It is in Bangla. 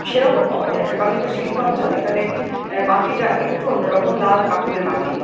সেরকম পাওয়া যায়না কারণ এটা শিল্পাঞ্চল এখানে মাটিটা একটু অন্যরকম লাল কাঁকুড়ে মাটি